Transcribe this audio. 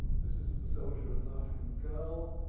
this is the soldier and laughing girl,